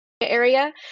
area